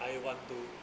I one two